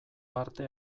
parte